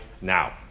now